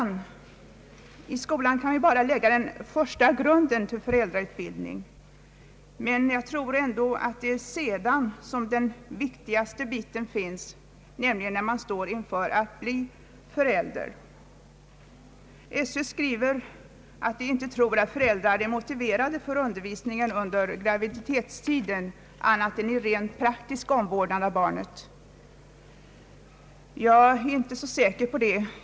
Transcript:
Men i skolan kan vi bara lägga den första grunden till en föräldrautbildning, och det är först senare som den viktigaste delen kommer in, nämligen när man står inför att bli förälder. SÖ tror inte att föräldrarna är motiverade för undervisning under graviditetstiden annat än när det gäller rent praktisk omvårdnad av barnet. Jag är inte så säker på det.